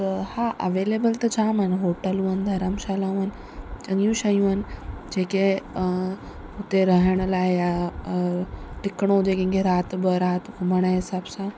त हा अवेलेबल त जाम आहिनि हॉटलूं आहिनि धर्मशालाऊं आहिनि चङियूं शयूं आहिनि जे के हुते रहण लाइ आहे टिकिणो हुजे कंहिंखे रातिभर राति घुमण जे हिसाब सां